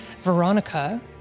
Veronica